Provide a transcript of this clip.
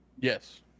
Yes